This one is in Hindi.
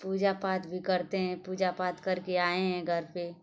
पूजा पाठ भी करते हैं पूजा पाठ करके आएं हैं घर पर